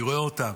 אני רואה אותם,